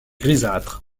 grisâtre